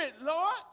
Lord